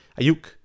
Ayuk